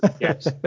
Yes